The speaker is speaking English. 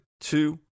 two